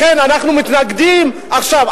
לכן אנחנו מתנגדים עכשיו.